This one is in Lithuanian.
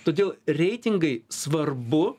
todėl reitingai svarbu